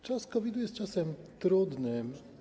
Czas COVID-u jest czasem trudnym.